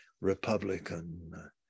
Republican